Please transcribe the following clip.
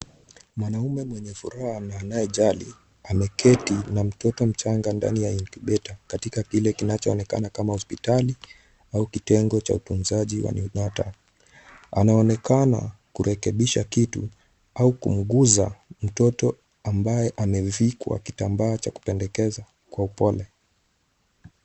Mwanaume mwenye furaha na anayejali ameketi na mtoto mchanga ndani ya incubator katika kile kinachoonekana kama hospitali au kitengo cha utnzaji wa new natter . Anaonekana kurekebisha kitu au kumguza mtoto ambaye amevikwa kitambaa cha kupendekeza kwa upole.